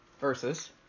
Versus